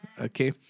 Okay